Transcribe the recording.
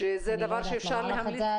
שזה דבר שאפשר להמליץ.